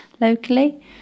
locally